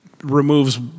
removes